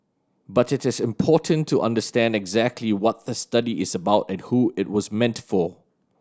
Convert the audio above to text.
but it is important to understand exactly what the study is about and who it was meant for